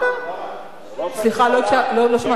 סליחה, לא שמעתי.